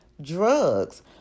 drugs